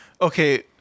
okay